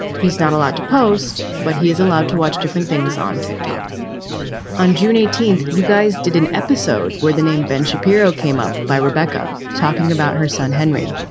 he's not allowed to post, but he is allowed to watch different things on tick tock on june eighteenth. you guys did an episode where the named ben shapiro came up by rebecca talking about her son, henry.